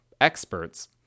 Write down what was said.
experts